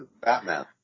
Batman